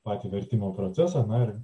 patį vertimo procesą na ir